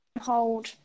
Hold